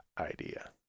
idea